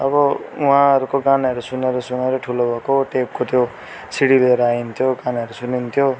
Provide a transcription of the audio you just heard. अब उहाँहरूको गानाहरू सुनेर सुनेर ठुलो भएको टेपको त्यो सिडी लिएर आइन्थ्यो गानाहरू सुनिन्थ्यो